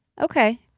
Okay